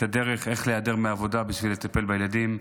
הדרך איך להיעדר מהעבודה בשביל לטפל בילדים.